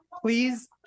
please